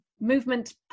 movement